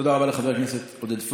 תודה רבה לחבר הכנסת פורר.